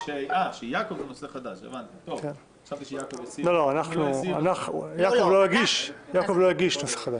יעקב לא הגיש נושא חדש.